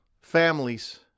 families